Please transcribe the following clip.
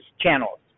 channels